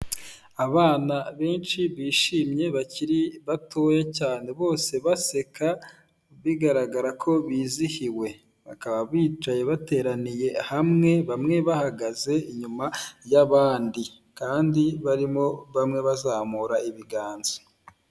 Abana benshi bishimye bakiri batoya cyane, bose baseka bigaragara ko bizihiwe bakaba bicaye bateraniye hamwe, bamwe bahagaze inyuma y'abandi kandi barimo bamwe bazamura ibiganza.